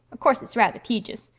course it's rather tejus.